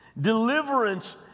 deliverance